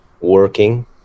working